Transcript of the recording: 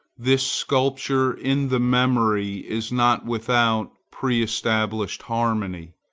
this sculpture in the memory is not without preestablished harmony.